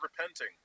repenting